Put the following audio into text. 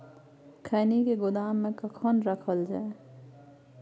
खैनी के गोदाम में कखन रखल जाय?